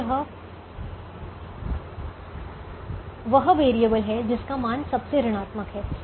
अब यह वह वैरिएबल है जिसका मान सबसे ऋणात्मक है